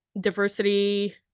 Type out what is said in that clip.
diversity